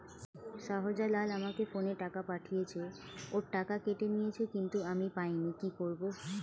শাহ্জালাল আমাকে ফোনে টাকা পাঠিয়েছে, ওর টাকা কেটে নিয়েছে কিন্তু আমি পাইনি, কি করব?